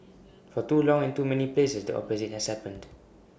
for too long and too many places the opposite has happened